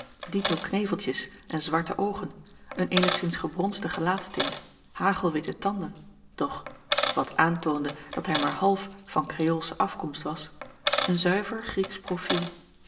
dito kneveltjes en zwarte oogen een eenigszins gebronsde gelaatstint hagelwitte tanden doch wat aantoonde dat hij maar half van kreoolsche afkomst was een zuiver grieksch profiel